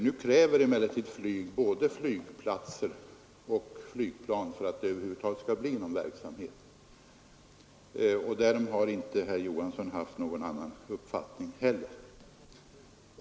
Nu kräver emellertid flyg både flygplatser och flygplan för att det över huvud taget skall bli någon verksamhet. Därom har inte herr Johansson heller haft någon annan uppfattning.